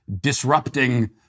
disrupting